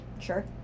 Sure